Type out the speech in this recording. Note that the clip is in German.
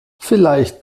vielleicht